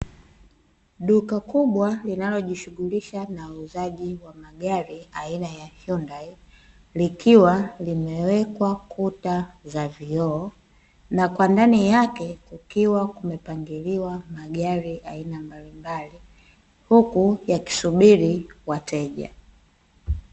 Duka kubwa linalojishulisha na uzaji wa magari aina ya hyundai ,likiwa limewekwa kuta za vioo na kwa ndani yake kukiwa kumepangiliwa magari ya aina mbalimbali huku yakisubiri wateja.